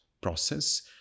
process